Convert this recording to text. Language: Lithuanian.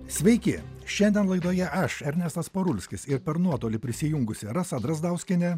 sveiki šiandien laidoje aš ernestas parulskis ir per nuotolį prisijungusi rasa drazdauskienė